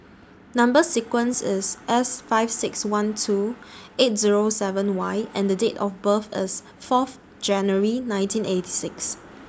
Number sequence IS S five six one two eight Zero seven Y and Date of birth IS Fourth January nineteen eighty six